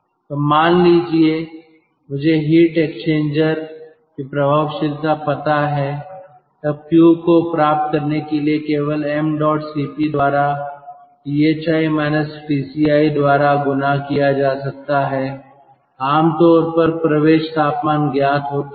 तो मान लीजिए कि मुझे हीट एक्सचेंजर की प्रभावशीलता पता है तब Q को प्राप्त करने के लिए केवल m डॉट Cp द्वारा Thi माइनस Tci द्वारा गुणा किया जा सकता है आमतौर पर प्रवेश तापमान ज्ञात होता है